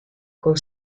con